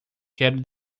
quero